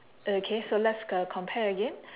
okay so let's uh compare again